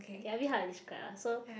okay a bit hard describe lah so